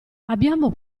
abbiamo